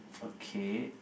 okay